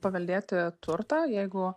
paveldėti turtą jeigu